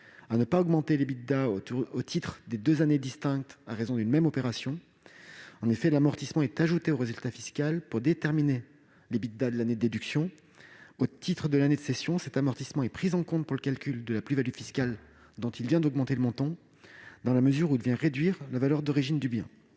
à ne pas augmenter l'Ebitda au titre des deux années distinctes à raison d'une même opération. En effet, l'amortissement est ajouté au résultat fiscal pour déterminer l'Ebitda de l'année de déduction. Au titre de l'année de cession, cet amortissement est pris en compte pour le calcul de la plus-value fiscale dont il vient augmenter le montant, dans la mesure où il vient réduire la valeur d'origine du bien.